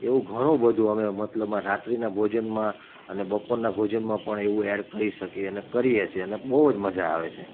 એવું ઘણું બધું અમે મતલબમાં રાત્રિના ભોજનમાં અને બપોરના ભોજનમાં પણ એવું એડ કરી શકીએ અને કરીએ છીએ અને બહુ જ મજા આવે છે